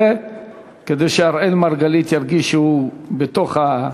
וכדי שאראל מרגלית ירגיש שהוא בתוך,